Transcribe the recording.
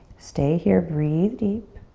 stay here, breathe deep.